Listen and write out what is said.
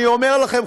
אני אומר לכם,